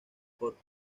sports